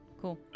Cool